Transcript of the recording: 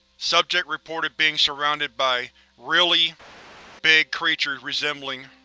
subject reported being surrounded by really big creatures resembling.